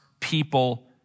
people